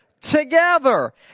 together